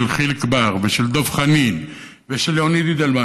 חיליק בר ושל דב חנין ושל ליאוניד אידלמן,